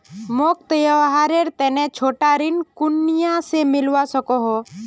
मोक त्योहारेर तने छोटा ऋण कुनियाँ से मिलवा सको हो?